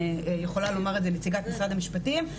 יכולה לומר את זה גם נציגת משרד המשפטים,